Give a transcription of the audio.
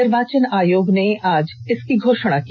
निर्वाचन आयोग ने आज इसकी घोषणा की